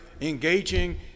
engaging